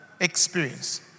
experience